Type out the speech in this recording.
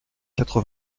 quatre